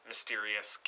mysterious